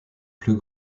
plus